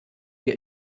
wir